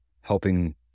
helping